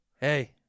Hey